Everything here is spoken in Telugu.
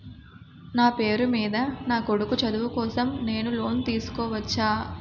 నా పేరు మీద నా కొడుకు చదువు కోసం నేను లోన్ తీసుకోవచ్చా?